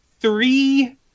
three